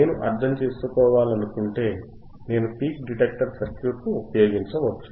నేను అర్థం చేసుకోవాలనుకుంటే నేను పీక్ డిటెక్టర్ సర్క్యూట్ను ఉపయోగించవచ్చు